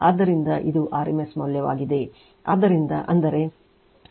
ಆದ್ದರಿಂದ ಇದು rms ಮೌಲ್ಯವಾಗಿದೆ